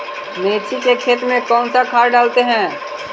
मिर्ची के खेत में कौन सा खाद डालते हैं?